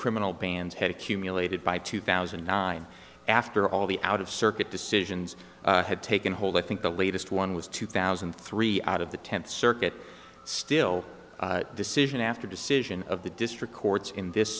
criminal bans had accumulated by two thousand and nine after all the out of circuit decisions had taken hold i think the latest one was two thousand and three out of the tenth circuit still decision after decision of the district courts in this